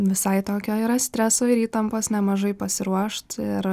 visai tokio yra streso ir įtampos nemažai pasiruošt ir